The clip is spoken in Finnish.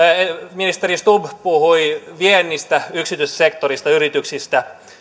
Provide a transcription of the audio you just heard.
ministeri stubb puhui viennistä yksityissektorista yrityksistä